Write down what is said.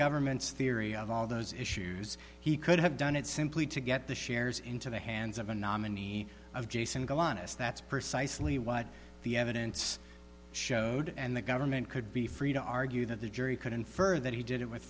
government's theory of all those issues he could have done it simply to get the shares into the hands of a nominee of jason go honest that's precisely what the evidence showed and the government could be free to argue that the jury could infer that he did it with